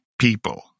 people